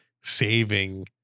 saving